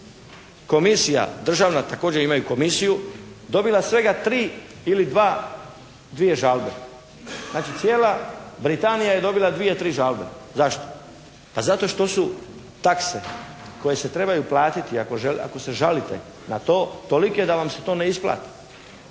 komisija, državna, također imaju komisiju dobila svega tri ili dva, dvije žalbe. Znači cijela Britanija je dobila dvije, tri žalbe. Zašto? Pa zato što su takse koje se trebaju platiti ako žele, ako se žalite na to tolike da vam se to ne isplati.